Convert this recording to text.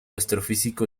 astrofísico